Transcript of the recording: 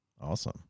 Awesome